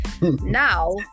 now